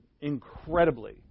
incredibly